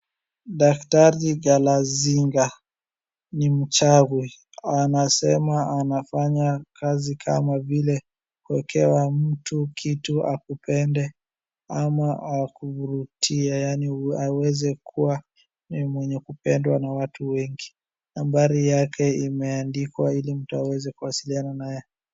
Daktari Galazinga ni mchawi anasema anafanya kazi kama vile kuwekewa mtu kitu akupende ama akuvurutie yaani aweze kuwa ni mwenye kupendwa na watu wengi. Nambari yake imeandikwa ili mtu aweze kuwasiliana naye.